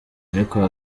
ariko